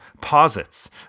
posits